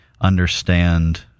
understand